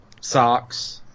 socks